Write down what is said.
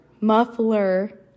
muffler